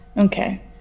Okay